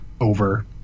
over